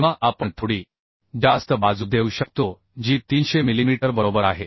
किंवा आपण थोडी जास्त बाजू देऊ शकतो जी 300 मिलीमीटर बरोबर आहे